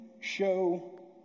show